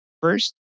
first